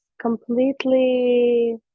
completely